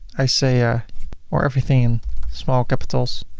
i say, ah or everything small capitals,